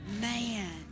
Man